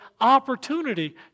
opportunity